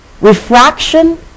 Refraction